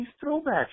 throwback